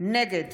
נגד